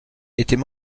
était